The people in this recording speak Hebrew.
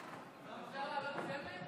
כבוד השרים,